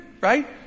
right